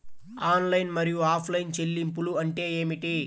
Online మరియు offline చెల్లింపులు అంటే ఏమిటి?